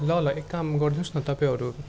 ल ल एक काम गर्नुहोस् न तपाईँहरू